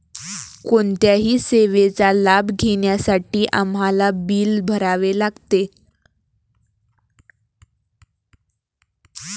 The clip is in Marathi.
कोणत्याही सेवेचा लाभ घेण्यासाठी आम्हाला बिल भरावे लागते